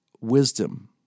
wisdom